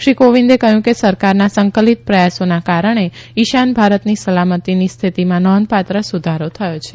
શ્રી કોવિન્દે કહ્યું કે સરકારના સંકલિત પ્રયાસોના કારણે ઈશાન ભારતની સલામતીની સ્થિતિમાં નોંધપાત્ર સુધારો થયો છે